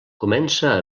comença